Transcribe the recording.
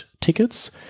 tickets